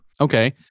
Okay